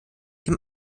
dem